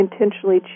intentionally